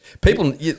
People